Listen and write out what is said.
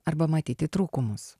arba matyti trūkumus